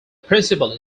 principal